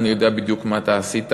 אני יודע בדיוק מה אתה עשית.